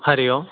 Hari Om